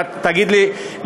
תגיד לי,